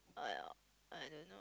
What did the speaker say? uh I don't know